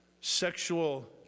Sexual